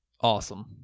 awesome